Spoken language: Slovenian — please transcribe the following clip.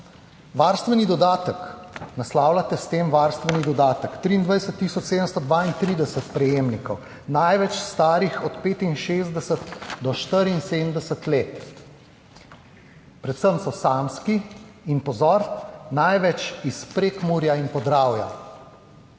Varstveni dodatek, naslavljate s tem varstveni dodatek 23732 prejemnikov, največ starih od 65 do 74 let. Predvsem so samski in pozor, največ iz Prekmurja in Podravja.